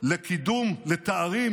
לקידום לתארים